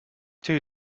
two